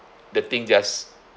the thing just